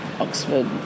Oxford